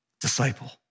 disciple